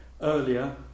Earlier